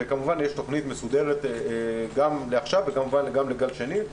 וכמובן יש תוכנית מסודרת, גם לעכשיו וגם לגל שני.